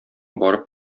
барып